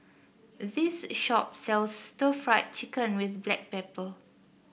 this shop sells Stir Fried Chicken with Black Pepper